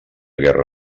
guerra